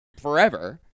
forever